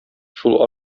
шул